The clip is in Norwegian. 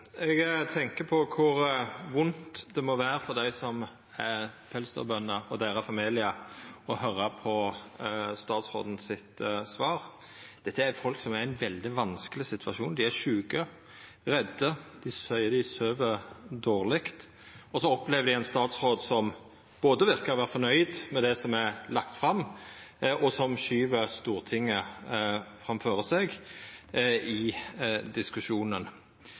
Eg tenkjer på kor vondt det må vera for dei som er pelsdyrbønder, og familiane deira å høyra på svaret frå statsråden. Dette er folk som er i ein veldig vanskeleg situasjon. Dei er sjuke, redde, dei seier dei søv dårleg. Og så opplever dei ein statsråd som både verkar å vera fornøgd med det som er lagt fram, og som skyver Stortinget framfor seg i diskusjonen.